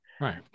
Right